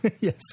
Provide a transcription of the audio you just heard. Yes